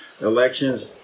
elections